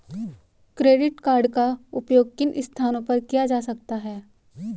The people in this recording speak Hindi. क्रेडिट कार्ड का उपयोग किन स्थानों पर किया जा सकता है?